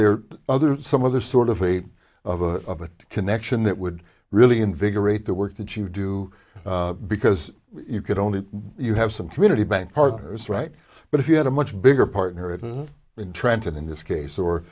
there other some other sort of way of a connection that would really invigorate the work that you do because you could only you have some community bank partners right but if you had a much bigger partner written in trenton in this case or